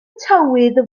tywydd